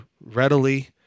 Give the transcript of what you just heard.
readily